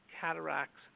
cataracts